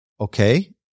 okay